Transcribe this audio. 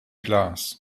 glas